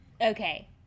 Okay